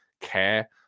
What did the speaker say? care